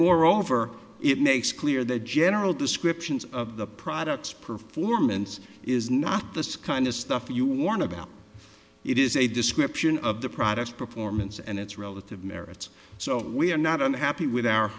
moreover it makes clear that general descriptions of the products performance is not the sky and the stuff you warn about it is a description of the products performance and its relative merits so we are not unhappy with our